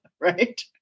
Right